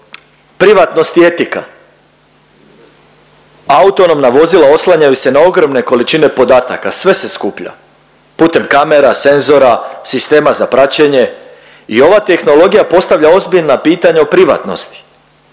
privatnost i etika. Autonomna vozila oslanjaju se na ogromne količine podataka, sve se skuplja putem kamera, senzora, sistema za praćenje i ova tehnologija postavlja ozbiljna pitanja o privatnosti